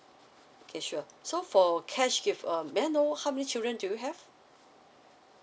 okay sure so for cash gift um may I know how many children do you have